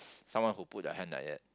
someone who put the hand like that